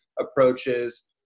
approaches